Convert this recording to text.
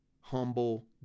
humble